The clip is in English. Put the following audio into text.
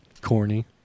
Corny